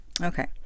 Okay